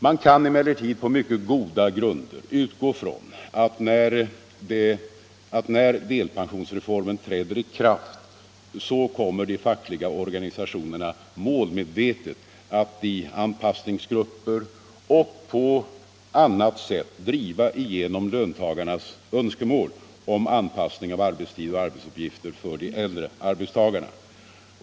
Man kan emellertid på mycket goda grunder utgå ifrån att när delpensionsreformen träder i kraft så kommer de fackliga organisationerna målmedvetet att i anpassningsgrupper och på annat sätt driva igenom löntagarnas önskemål om anpassning av arbetstid och arbetsuppgifter för de äldre arbetstagarna.